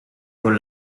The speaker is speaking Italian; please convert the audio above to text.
con